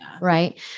Right